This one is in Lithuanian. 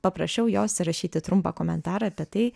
paprašiau jos įrašyti trumpą komentarą apie tai